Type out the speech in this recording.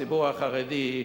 הציבור החרדי,